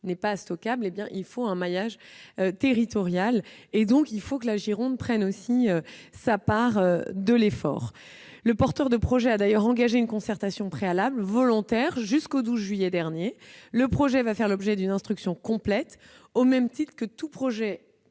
n'étant pas stockable, il faut réaliser un maillage territorial auquel la Gironde doit prendre sa part. Le porteur de projet a d'ailleurs engagé une concertation préalable volontaire jusqu'au 12 juillet dernier. Le projet va faire l'objet d'une instruction complète, au même titre que tout projet